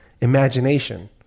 imagination